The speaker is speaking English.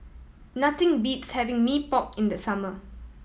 nothing beats having Mee Pok in the summer